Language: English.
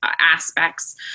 aspects